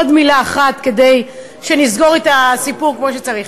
עוד מילה אחת כדי שנסגור את הסיפור כמו שצריך.